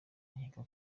nkeka